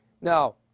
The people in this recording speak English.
Now